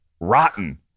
rotten